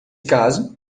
caso